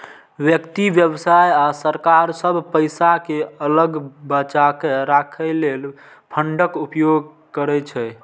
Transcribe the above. व्यक्ति, व्यवसाय आ सरकार सब पैसा कें अलग बचाके राखै लेल फंडक उपयोग करै छै